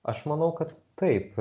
aš manau kad taip